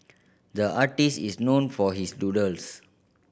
the artist is known for his doodles